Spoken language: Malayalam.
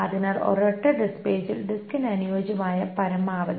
അതിനാൽ ഒരൊറ്റ ഡിസ്ക് പേജിൽ ഡിസ്കിന് അനുയോജ്യമായ പരമാവധി